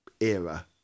era